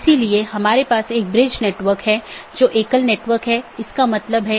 16 bit से 216 संख्या संभव है जो कि एक बहुत बड़ी संख्या है